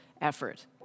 effort